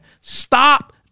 Stop